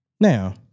Now